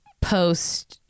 post